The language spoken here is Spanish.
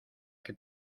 que